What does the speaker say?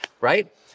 Right